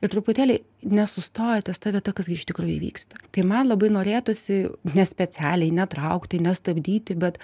ir truputėlį nesustoja ties ta vieta kas gi iš tikrųjų vyksta tai man labai norėtųsi ne specialiai netraukti nestabdyti bet